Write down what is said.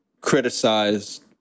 criticized